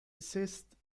desist